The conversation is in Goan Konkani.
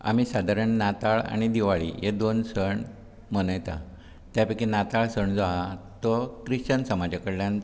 आमी सादारण नाताळ आनी दिवाळी हे दोन सण मनयतात त्या पैकी नाताळ सण जो आहा तो क्रिश्चन समाजा कडल्यान